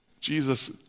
Jesus